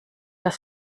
das